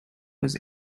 was